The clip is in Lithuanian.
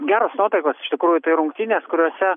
geros nuotaikos iš tikrųjų tai rungtynės kuriose